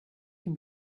can